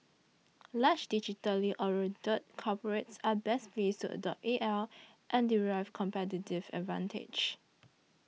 large digitally oriented corporates are best placed to adopt A L and derive competitive advantage